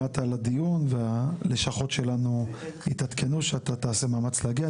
שמעת על הדיון והלשכות שלנו התעדכנו שאתה תעשה מאמץ להגיע.